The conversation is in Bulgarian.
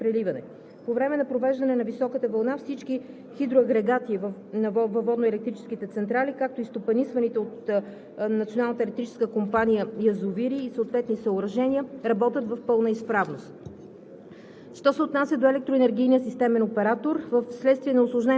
свободният обем е достатъчен за поемане на постъпващия приток. Няма опасност от преливане. По време на провеждане на високата вълна всички хидроагрегати на водноелектрическите централи, както и стопанисваните от Националната електрическа компания язовири и съответните съоръжения работят в пълна изправност.